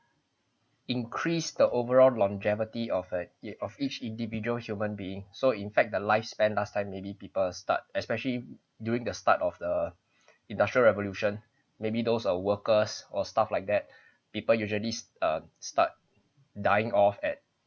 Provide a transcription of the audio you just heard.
increase the overall longevity of of each individual human being so in fact the lifespan last time maybe people start especially during the start of the industrial revolution maybe those uh workers or stuff like that people usually err start dying of at